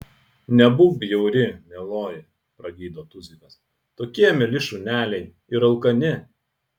nebūk bjauri mieloji pragydo tuzikas tokie mieli šuneliai ir alkani